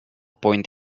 point